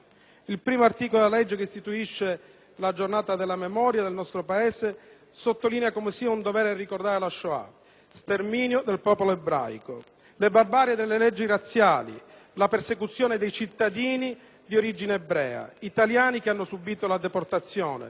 Il primo articolo della legge che istituisce il Giorno della Memoria nel nostro Paese sottolinea come sia un dovere ricordare la Shoah (sterminio del popolo ebraico), la barbarie delle leggi razziali, la persecuzione dei cittadini di origine ebrea, italiani che hanno subìto la deportazione,